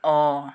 অঁ